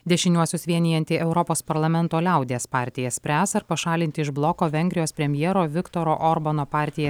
dešiniuosius vienijanti europos parlamento liaudies partija spręs ar pašalinti iš bloko vengrijos premjero viktoro orbano partiją